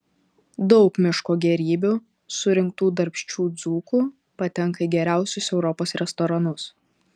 daug miško gėrybių surinktų darbščių dzūkų patenka į geriausius europos restoranus